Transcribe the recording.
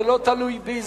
זה לא תלוי בי,